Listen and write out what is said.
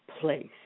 place